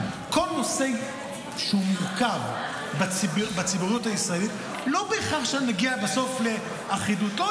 בכל נושא שהוא מורכב בציבוריות הישראלית לא בהכרח נגיע בסוף לאחידות.